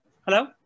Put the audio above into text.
Hello